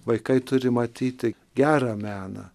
vaikai turi matyti gerą meną